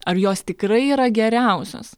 ar jos tikrai yra geriausios